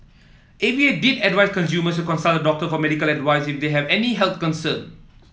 A V A did advice consumers to consult a doctor for medical advice if they have any health concern